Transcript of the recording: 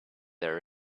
their